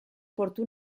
portu